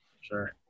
Sure